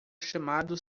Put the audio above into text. chamado